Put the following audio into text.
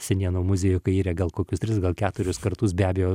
senienų muziejuj kaire gal kokius tris gal keturis kartus be abejo